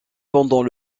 pendant